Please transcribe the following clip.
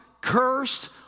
cursed